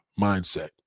mindset